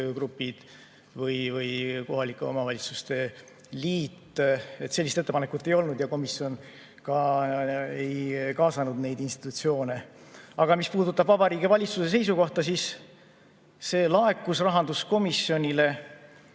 või kohalike omavalitsuste liitu. Sellist ettepanekut ei olnud ja komisjon ei kaasanud neid institutsioone. Mis puudutab Vabariigi Valitsuse seisukohta, siis see laekus rahanduskomisjonile.